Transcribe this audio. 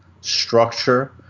structure